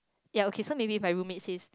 ya ok so maybe if my roommate says